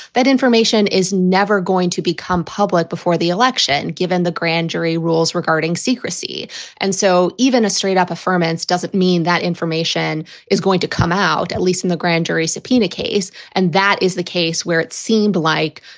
that information is never going to become public before the election. and given the grand jury rules regarding secrecy and so even a straight up affirmance doesn't mean that information is going to come out, at least in the grand jury subpoena case. and that is the case where it seemed like,